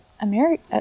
america